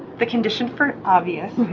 the condition, for obvious.